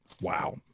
Wow